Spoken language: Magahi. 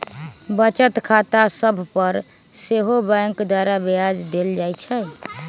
बचत खता सभ पर सेहो बैंक द्वारा ब्याज देल जाइ छइ